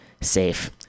safe